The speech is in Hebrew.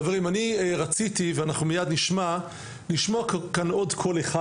חברים, אני רציתי לשמוע כאן עוד קול אחד.